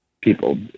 people